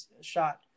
shot